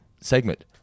segment